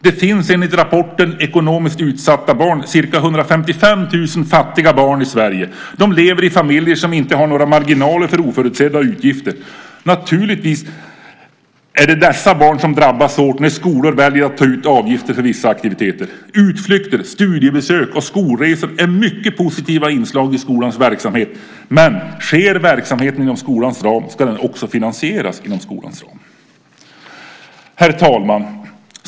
Det finns enligt rapporten Ekonomiskt utsatta barn ca 155 000 fattiga barn i Sverige. De lever i familjer som inte har några marginaler för oförutsedda utgifter. Naturligtvis är det dessa barn som drabbas hårt när skolor väljer att ta ut avgifter för vissa aktiviteter; utflykter, studiebesök och skolresor är mycket positiva inslag i skolans verksamhet. Men sker verksamheten inom skolans ram ska den också finansieras inom skolans ram. Herr talman!